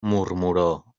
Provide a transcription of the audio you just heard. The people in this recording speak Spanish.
murmuró